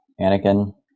Anakin